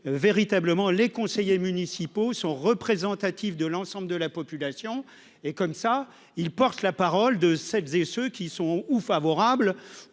important, car les conseillers municipaux sont représentatifs de l'ensemble de la population : ils portent la parole de celles et de ceux qui sont favorables